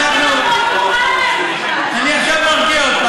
אין להם תמ"א 35. אני עכשיו אני ארגיע אותך.